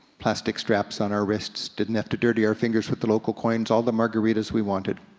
plastic straps on our wrists, didn't have to dirty our fingers with the local coins. all the margaritas we wanted.